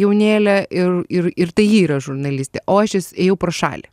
jaunėlė ir ir ir tai ji yra žurnalistė o aš is ėjau pro šalį